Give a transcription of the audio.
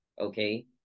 okay